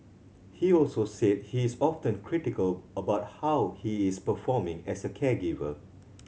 he also said he is often critical about how he is performing as a caregiver